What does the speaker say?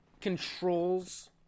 controls